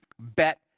bet